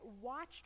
watched